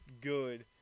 good